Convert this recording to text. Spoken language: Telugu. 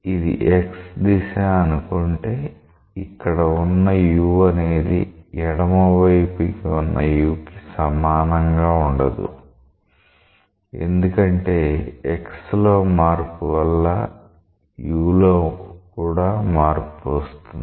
ఇది x దిశ అనుకుంటే ఇక్కడ ఉన్న u అనేది ఎడమవైపు ఉన్న u కి సమానంగా ఉండదు ఎందుకంటే x లో మార్పు వల్ల u లో కూడా మార్పు వస్తుంది